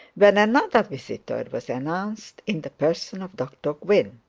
when another visitor was announced in, the person of dr gwynne.